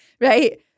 right